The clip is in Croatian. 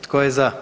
Tko je za?